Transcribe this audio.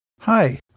Hi